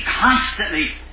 constantly